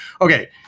Okay